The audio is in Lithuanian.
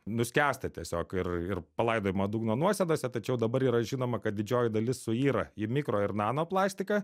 nuskęsta tiesiog ir ir palaidojama dugno nuosėdose tačiau dabar yra žinoma kad didžioji dalis suyra į mikro ir nano plastiką